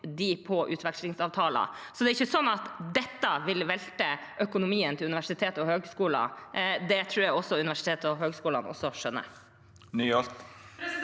på utvekslingsavtaler. Så det er ikke sånn at dette vil velte økonomien til universiteter og høgskoler. Det tror jeg universiteter og høgskoler også skjønner.